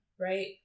Right